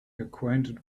acquainted